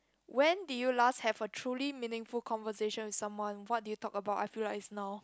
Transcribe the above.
when did you last have a truly meaningful conversation with someone what do you talk about I feel like is now